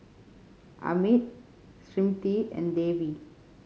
Amit Smriti and Devi